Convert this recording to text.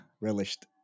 relished